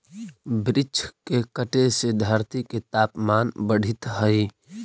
वृक्ष के कटे से धरती के तपमान बढ़ित हइ